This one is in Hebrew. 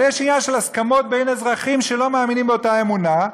אבל יש עניין של הסכמות בין אזרחים שלא מאמינים באותה אמונה,